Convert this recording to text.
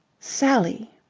sally!